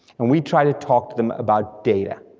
and we try to talk to them about data,